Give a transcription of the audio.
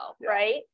right